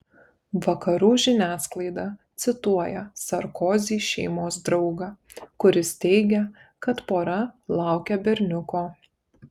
vakarų žiniasklaida cituoja sarkozy šeimos draugą kuris teigia kad pora laukia berniuko